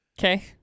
Okay